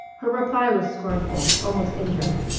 her reply was scornful, almost injured.